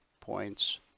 points